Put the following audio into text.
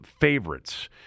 favorites